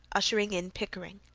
ushering in pickering.